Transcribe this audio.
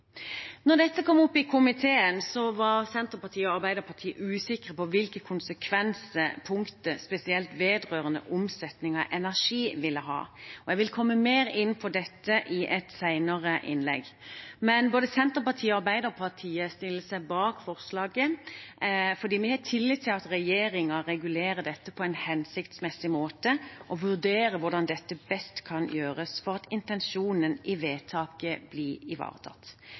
dette kom opp i komiteen, var Senterpartiet og Arbeiderpartiet usikre på hvilke konsekvenser spesielt punktet vedrørende omsetning av energi ville ha. Jeg vil komme mer inn på dette i et senere innlegg. Men både Senterpartiet og Arbeiderpartiet stiller seg bak forslaget til vedtak fordi vi har tillit til at regjeringen regulerer dette på en hensiktsmessig måte, og vurderer hvordan dette best kan gjøres